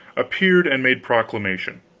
appeared and made proclamation,